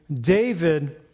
David